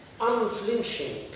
unflinching